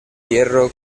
hierro